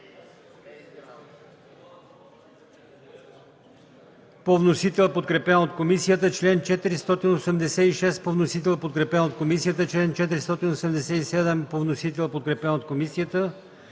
по вносител, подкрепен от комисията; чл. 486 по вносител, подкрепен от комисията; чл. 487 по вносител, подкрепен от комисията;